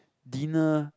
dinner